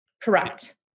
Correct